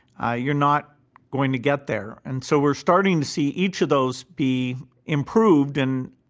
ah you're not going to get there. and so we're starting to see each of those be improved, and